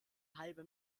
halbe